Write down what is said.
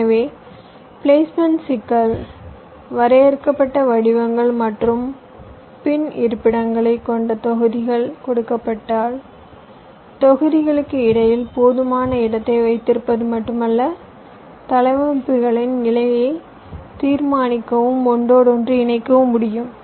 எனவே பிளேஸ்மெண்ட் சிக்கல் வரையறுக்கப்பட்ட வடிவங்கள் மற்றும் பின் இருப்பிடங்களைக் கொண்ட தொகுதிகள் கொடுக்கப்பட்டால் தொகுதிகளுக்கு இடையில் போதுமான இடத்தை வைத்திருப்பது மட்டுமல்ல தளவமைப்புகளின் நிலையை தீர்மானிக்கவும் ஒன்றோடொன்று இணைக்கவும் முடியும்